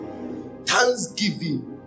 thanksgiving